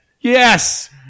Yes